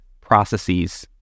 processes